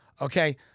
Okay